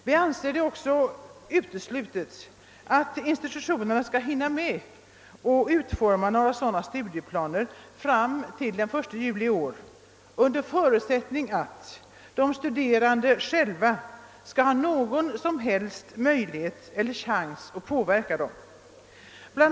Vi anser det också uteslutet att institutionerna skall hinna utforma sådana studieplaner till den 1 juli i år under förutsättning att de studerande själva skall ha någon som helst möjlighet att påverka dem. Bl.